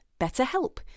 BetterHelp